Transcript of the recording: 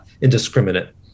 indiscriminate